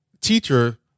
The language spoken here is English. teacher